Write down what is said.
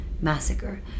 massacre